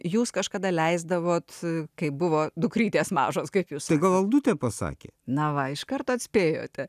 jūs kažkada leisdavot kai buvo dukrytės mažos kiek jūs gal aldutė pasakė na va iš karto atspėjote